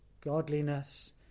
Godliness